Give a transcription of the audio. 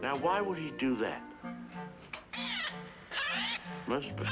now why would i do that much but